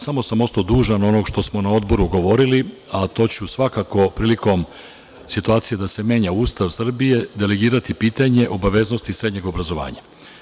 Samo sam ostao dužan ono što smo na Odboru govorili, a to ću svakako prilikom u situaciji da se menja Ustav Srbije, delegirati pitanje obaveznosti srednjeg obrazovanja.